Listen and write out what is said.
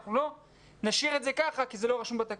אנחנו לא נשאיר את זה ככה כי זה לא רשום בתקנות.